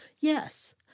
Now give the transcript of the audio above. Yes